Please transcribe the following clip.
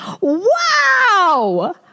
Wow